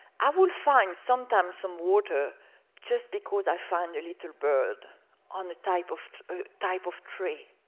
i would find, sometimes, some water just because i found a little bird on a type of type of tree.